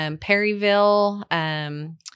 Perryville –